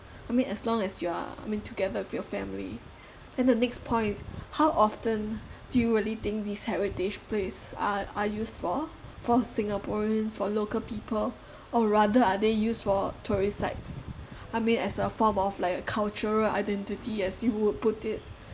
I mean as long as you are I mean together with your family then the next point how often do you really think these heritage place are are used for for singaporeans for local people or rather are they used for tourist sites I mean as a form of like a cultural identity as you would put it